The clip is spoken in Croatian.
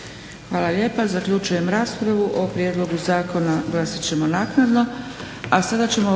Hvala lijepa. Zaključujem raspravu. O prijedlogu zakona glasat ćemo naknadno.